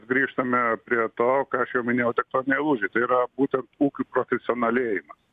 grįžtame prie to ką aš jau minėjau tektoniniai lūžiai tai yra būtent ūkių profesionalėjimas